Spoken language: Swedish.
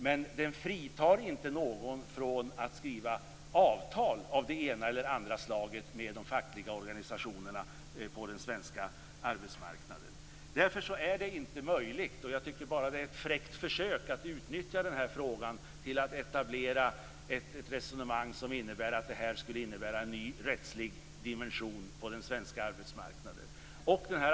Men det fritar inte någon från att skriva avtal av det ena eller andra slaget med de fackliga organisationerna på den svenska arbetsmarknaden. Därför finns det inte någon sådan möjlighet. Jag tycker bara att det var ett fräckt försök att utnyttja den här frågan för att etablera ett resonemang om att detta skulle innebära en ny rättslig dimension på den svenska arbetsmarknaden.